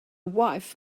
wife